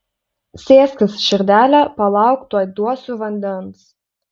sėskis širdele palauk tuoj duosiu vandens